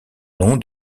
nom